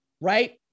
right